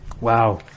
wow